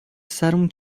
سرمون